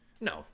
no